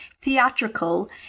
theatrical